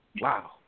Wow